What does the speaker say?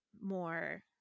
more